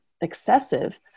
excessive